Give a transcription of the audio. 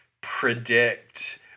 predict